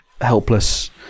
helpless